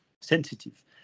sensitive